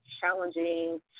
challenging